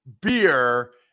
beer